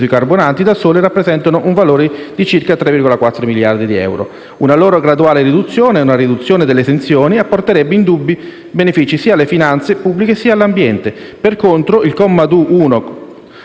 sui carburanti da sole rappresentano un valore di circa 3,4 miliardi di euro. Una loro graduale riduzione e una riduzione delle esenzioni apporterebbe indubbi benefici sia alle finanze pubbliche sia all'ambiente. Per contro, il comma 1,